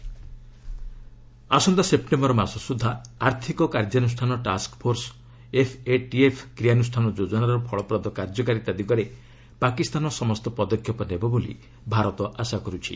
MEA Pak FATF ଆସନ୍ତା September ମାସ ସୁଦ୍ଧା ଆର୍ଥିକ କାର୍ଯ୍ୟାନୁଷ୍ଠାନ ଟାକ୍ୱଫୋର୍ସ ଏଫ୍ଏଟିଏଫ୍ କ୍ରିୟାନୁଷ୍ଠାନ ଯୋଜନାର ଫଳପ୍ରଦ କାର୍ଯ୍ୟକାରିତା ଦିଗରେ ପାକିସ୍ତାନ ସମସ୍ତ ପଦକ୍ଷେପ ନେବ ବୋଲି ଭାରତ ଆଶା କରୁଛି